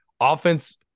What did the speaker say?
Offense